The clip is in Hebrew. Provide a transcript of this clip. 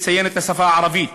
לציין את השפה הערבית.